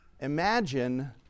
Imagine